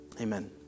Amen